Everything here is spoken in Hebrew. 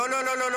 --- לא לא לא,